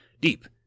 deep